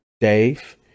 Dave